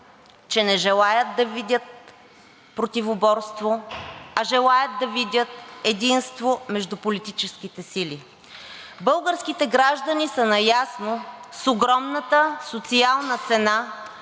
че не желаят да видят противоборство, а желаят да видят единство между политическите сили. Българските граждани са наясно с огромната социална цена,